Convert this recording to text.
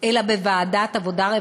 אלא בוועדת העבודה,